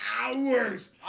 hours